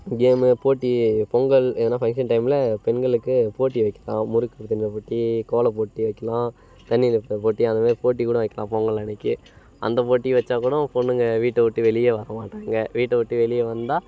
game போட்டி பொங்கல் எதனா function டைமில் பெண்களுக்கு போட்டி வக்கலாம் முறுக்கு தின்னுற போட்டி கோலம் போட்டி வக்கலாம் தண்ணி நிப்புற போட்டு அந்த மாதிரி போட்டி கூட வக்கலாம் பொங்கல் அன்றைக்கு அந்த போட்டி வச்சா கூடோ பொண்ணுங்க வீட்டை விட்டு வெளியே வர மாட்டாங்க வீட்டை விட்டு வெளியே வந்தால்